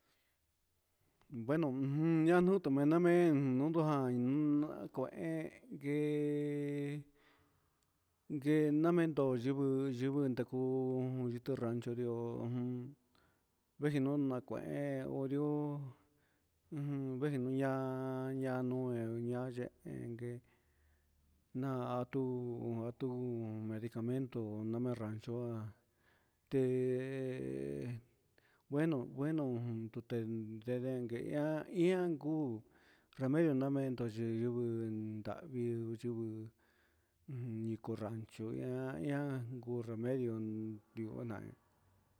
Bueno ujun ñanutu meno namen kunutu nguan nguen ngue namento yuku, yuku ndukuu ito'o rancho ihó vengino nakuen onrio'o ujun vengui no ihá, ñayuu nayen ngue natu, antu medicamento name rancho'a te'e bueno bueno nrute nrede inka ihá ian kuu ramedio lamento diyuku, navii yungu inko rancho ihá, ihá ku remedio dionan.